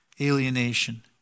alienation